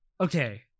okay